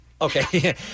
Okay